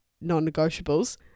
non-negotiables